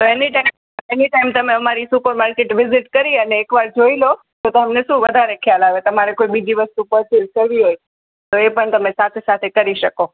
anytime anytime તમે અમારી super market visit કરી અને એકવાર જોઈ લો તો તમને શું વધારે ખ્યાલ આવે તમારે કોઈ બીજી વસ્તુ પરચેઝ કરવી હોય તો એ પણ તમે સાથે સાથે કરી શકો